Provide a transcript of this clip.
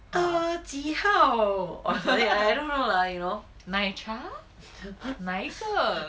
err 几号 or something like that I don't know lah you know